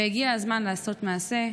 והגיע הזמן לעשות מעשה.